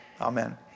Amen